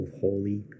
Holy